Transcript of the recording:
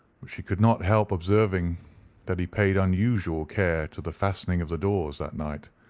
she could not help observing that he paid unusual care to the fastening of the doors that night,